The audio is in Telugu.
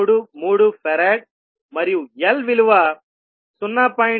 333 ఫరాడ్ మరియు L విలువ 0